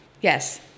Yes